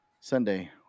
Sunday